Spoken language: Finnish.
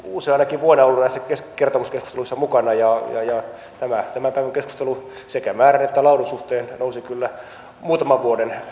useanakin vuonna olen ollut näissä kertomuskeskusteluissa mukana ja tämä tämän päivän keskustelu sekä määrän että laadun suhteen nousi kyllä muutaman vuoden kärkipäähän